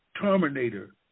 Terminator